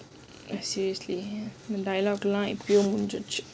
seriously புடிக்கும்:pudikkum